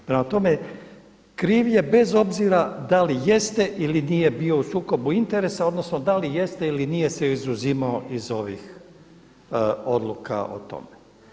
Prema tome, kriv je bez obzira da li jeste ili nije bio u sukobu interesa, odnosno da li jeste ili nije se izuzimao iz ovih odluka o tome.